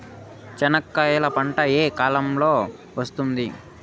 చెనక్కాయలు పంట ఏ కాలము లో వస్తుంది